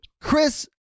Chris